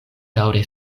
daŭre